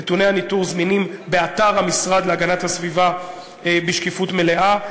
נתוני הניטור זמינים באתר המשרד להגנת הסביבה בשקיפות מלאה.